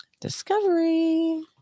Discovery